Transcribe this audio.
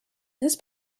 this